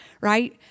right